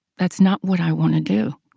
that's not what i want to do.